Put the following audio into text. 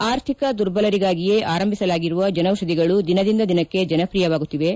ಆರ್ಥಿಕ ದುರ್ಬಲರಿಗಾಗಿಯೇ ಆರಂಭಿಸಲಾಗಿರುವ ಜನೌಷಧಿಗಳು ದಿನದಿಂದ ದಿನಕ್ಕೆ ಜನಪ್ರಿಯವಾಗುತ್ತಿವೆ